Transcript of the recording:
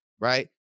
right